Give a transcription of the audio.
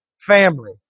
family